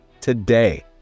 today